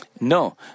No